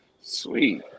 Sweet